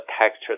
texture